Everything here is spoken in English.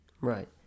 Right